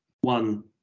one